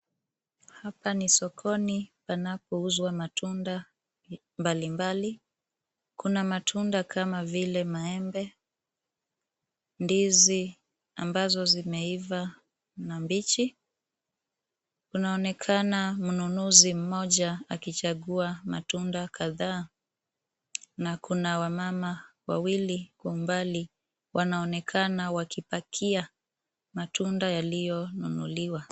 Hapa ni sokoni panapouzwa matunda mbalimbali. Kuna matunda kama vile maembe, ndizi ambazo zimeiva na mbichi. Kunaonekana mnunuzi mmoja akichagua matunda kadhaa. Na kuna wamama wawili kwa mbali, wanaonekana wakipakia matunda yaliyonunuliwa.